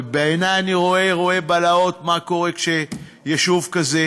ובעיני אני רואה בלהות, מה קורה כשיישוב כזה